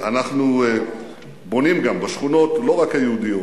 אנחנו בונים גם בשכונות, לא רק היהודיות.